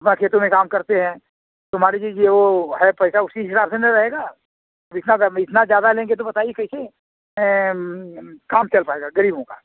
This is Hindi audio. वा खेतों में काम करते हैं तो मान लीजिए कि ओ है पैसा उसी हिसाब से ना रहेगा अब इतना कम इतना ज्यादा लेंगे तो बताइए कैसे काम चल पाएगा गरीबों का